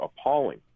appalling